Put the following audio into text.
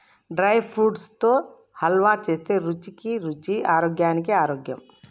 dry fruits తో హల్వా చేస్తే రుచికి రుచి ఆరోగ్యానికి ఆరోగ్యం